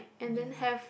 yeah